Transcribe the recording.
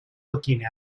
looking